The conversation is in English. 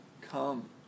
come